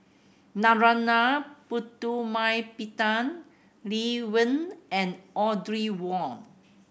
Narana Putumaippittan Lee Wen and Audrey Wong